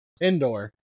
Indoor